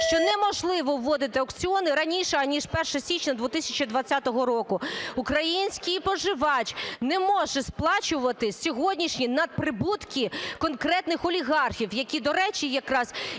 що неможливо вводити аукціони раніше, аніж 1 січня 2020 року. Український споживач не може сплачувати сьогоднішні надприбутки конкретних олігархів, які, до речі, якраз